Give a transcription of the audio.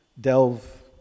delve